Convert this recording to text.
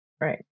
Right